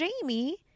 jamie